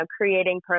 creating